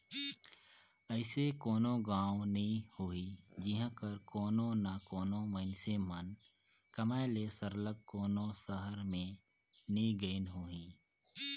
अइसे कोनो गाँव नी होही जिहां कर कोनो ना कोनो मइनसे मन कमाए ले सरलग कोनो सहर में नी गइन होहीं